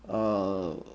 err